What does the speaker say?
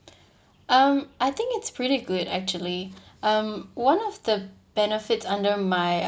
um I think it's pretty good actually um one of the benefits under my